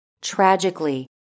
Tragically